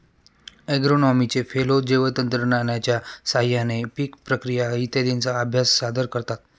ॲग्रोनॉमीचे फेलो जैवतंत्रज्ञानाच्या साहाय्याने पीक प्रक्रिया इत्यादींचा अभ्यास सादर करतात